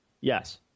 Yes